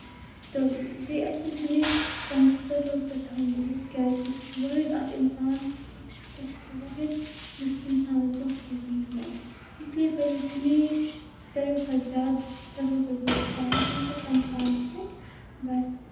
بیٚیہِ ٲسہِ پزِ ہَمیشہِ پَنٕنِس خۄدا صٲبَس پٮ۪ٹھ تھاوُن بَروسہٕ کیازِ کہِ سُہ وٲحد اکھ اِنسان اکھ شَخص چھُ سُہ وٲحد یُس اِنسانَس دۄنکھٕ دی کِہیںۍ تہِ نہٕ اس لیے پَزِ اَسہِ ہمیشہِ ساروی کھۄتہٕ زیادٕ خٕدا صٲبَس پٮ۪ٹھ بَروسہٕ تھاوُن تَمہِ پَتہٕ پَنٕنِس پانَس پٮ۪ٹھ بَس